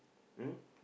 mm